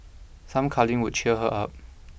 some cuddling could cheer her up